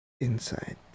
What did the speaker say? Inside